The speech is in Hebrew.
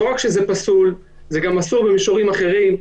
לא רק שזה פסול, זה גם אסור במישורים אחרים.